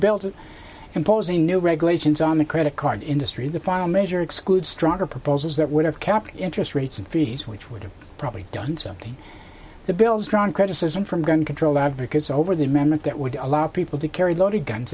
to impose any new regulations on the credit card industry the final measure exclude stronger proposals that would have kept interest rates and fees which would have probably done something the bills drawn criticism from gun control advocates over the amendment that would allow people to carry loaded guns